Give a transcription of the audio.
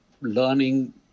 learning